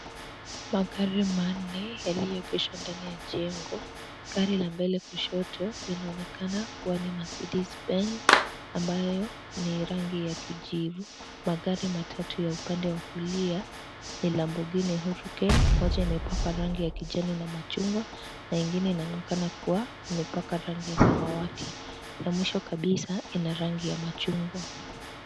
Magari manne yaliyoegeshwa ndani ya jengo, gari la mbele kushoto linaonekana kuwa ni Mercedes Benz ambayo ni rangi ya kijivu. Magari matatu ya upande wa kulia ni Lamborghini hurricane wote imepakwa rangi ya kijani na machungwa na ingine inaonekana kuwa imepakwa rangi ya samawati, ya mwisho kbsa ina rangi ya machungwa.